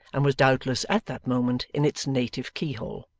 and was, doubtless, at that moment in its native key-hole.